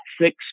six